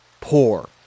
poor